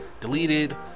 deleted